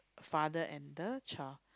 father and the child